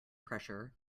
pressure